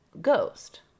ghost